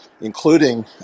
including